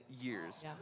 years